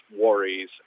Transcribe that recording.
worries